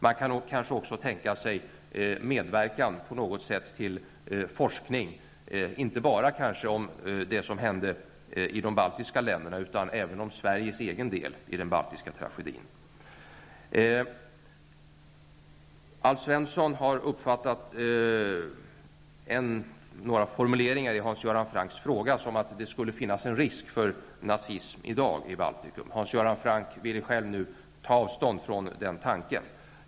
Man kan kanske också tänka sig medverkan på något sätt till forskning, inte bara om det som hände i de baltiska länderna utan även om Sveriges egen del i den baltiska tragedin. Alf Svensson har uppfattat några formuleringar i Hans Göran Francks interpellation som att det i dag skulle finnas en risk för nazism i Baltikum. Hans Göran Franck ville själv nu ta avstånd från den tanken.